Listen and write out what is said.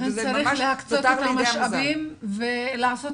אימאן ח'טיב יאסין (רע"מ - רשימת האיחוד הערבי): לכן